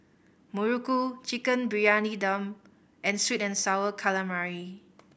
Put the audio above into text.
Muruku Chicken Briyani Dum and Sweet and Sour Calamari